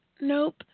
Nope